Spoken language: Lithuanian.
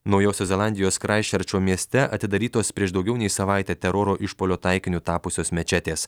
naujosios zelandijos kraistčerčo mieste atidarytos prieš daugiau nei savaitę teroro išpuolio taikiniu tapusios mečetės